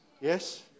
Yes